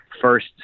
first